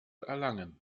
erlangen